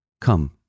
Come